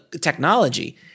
technology